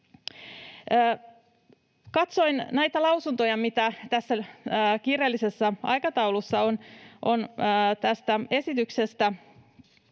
Katsoin näitä lausuntoja, mitä tässä kiireellisessä aikataulussa on tästä esityksestä